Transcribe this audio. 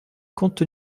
compte